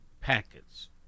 packets